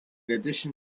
addition